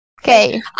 Okay